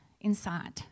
inside